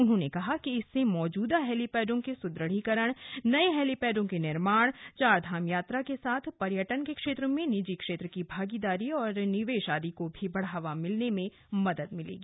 उन्होंने कहा कि इससे मौजूदा हेलीपैडों के सुदृढ़ीकरण नये हेलीपैडों के निर्माण चारधाम यात्रा के साथ पर्यटन के क्षेत्र में निजी क्षेत्र की भागीदारी और निवेश आदि को बढ़ावा देने में मदद मिलेगी